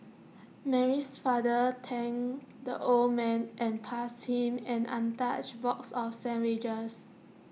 Mary's father thanked the old man and passed him an untouched box of sandwiches